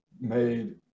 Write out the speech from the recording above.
made